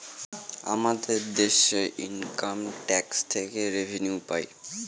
আমাদের দেশে income tax থেকে রেভিনিউ পাই